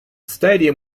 stadium